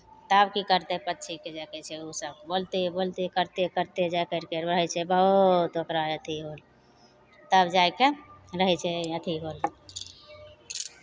तब की करतै पक्षीके जाए के छै ओसभ बोलते बोलते करते करते जाए करि कऽ वहीसँ बहुत ओकरा अथि होल तब जाय कऽ रहै छै अथि होल